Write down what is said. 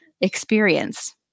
experience